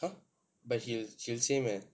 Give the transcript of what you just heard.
!huh! but he'll say meh